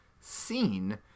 seen